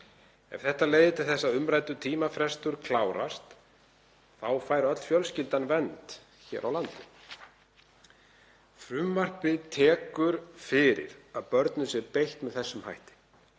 Ef þetta leiðir til þess að umræddur tímafrestur klárast þá fær öll fjölskyldan vernd hér á landi. Frumvarpið tekur fyrir að börnum sé beitt með þessum hætti